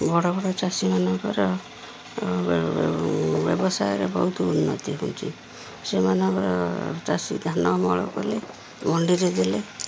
ବଡ଼ ବଡ଼ ଚାଷୀମାନଙ୍କର ବ୍ୟବସାୟରେ ବହୁତ ଉନ୍ନତି ହେଉଛି ସେମାନଙ୍କର ଚାଷୀ ଧାନ ଅମଳ କଲେ ମଣ୍ଡିରେ ଦେଲେ